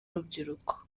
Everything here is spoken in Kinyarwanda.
urubyiruko